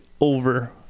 over